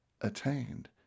attained